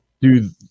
Dude